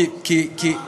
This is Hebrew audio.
לא לא.